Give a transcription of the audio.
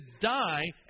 die